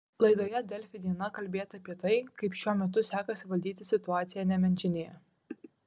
laidoje delfi diena kalbėta apie tai kaip šiuo metu sekasi valdyti situaciją nemenčinėje